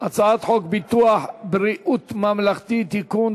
הצעת חוק ביטוח בריאות ממלכתי (תיקון,